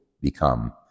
become